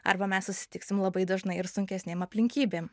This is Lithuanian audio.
arba mes susitiksim labai dažnai ir sunkesnėm aplinkybėm